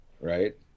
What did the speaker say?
right